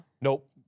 Nope